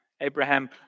Abraham